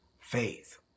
faith